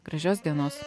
gražios dienos